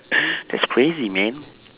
that's crazy man